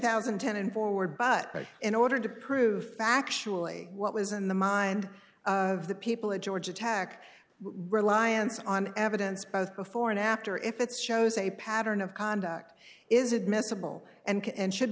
thousand and ten and forward but in order to prove factually what was in the mind of the people of georgia tack reliance on evidence both before and after if it shows a pattern of conduct is admissible and should